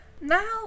now